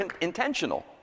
intentional